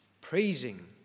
praising